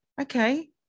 Okay